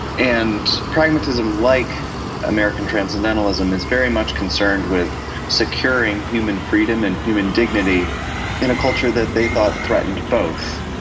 and pragmatism, like american transcendentalism, is very much concerned with securing human freedom and human dignity in a culture that they thought threatened both.